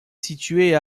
située